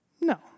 No